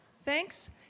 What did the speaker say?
Thanks